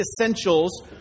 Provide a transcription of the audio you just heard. essentials